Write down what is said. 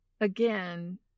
again